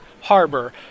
harbor